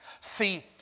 See